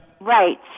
Right